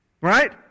Right